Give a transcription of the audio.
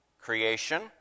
creation